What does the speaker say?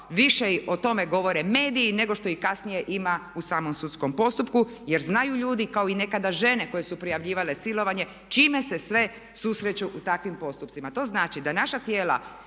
više o tome govore mediji nego što ih kasnije ima u samom sudskom postupku jer znaju ljudi kao i nekada žene koje su prijavljivale silovanje s čime se sve susreću u takvim postupcima. To znači da naša tijela